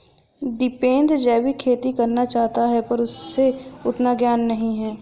टिपेंद्र जैविक खेती करना चाहता है पर उसे उतना ज्ञान नही है